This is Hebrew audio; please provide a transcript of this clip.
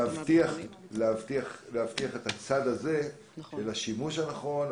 להבטיח את הצד הזה של השימוש הנכון,